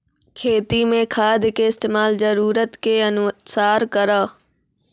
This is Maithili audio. खेती मे खाद के इस्तेमाल जरूरत के अनुसार करऽ